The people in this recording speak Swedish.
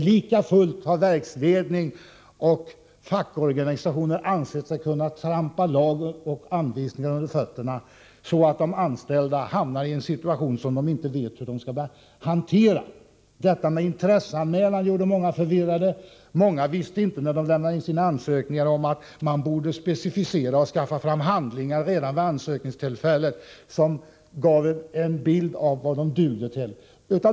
Likafullt har verksledningen och fackorganisationerna ansett sig kunna trampa lag och anvisningar under fötterna, så att de anställda hamnar i en situation som de inte vet hur de skall hantera. Ordet intresseanmälan gjorde många förvirrade. Många visste inte när de lämnade in sin ansökan att de redan vid ansökningstillfället borde skaffa fram handlingar som visade vad de dög till.